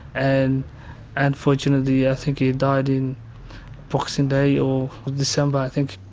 and unfortunately i think he died in boxing day or december i think.